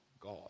God